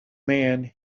man